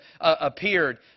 appeared